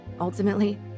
Ultimately